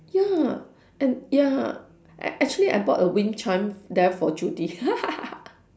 ya and ya a~ actually I bought a wind chime there for Judy